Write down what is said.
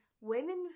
women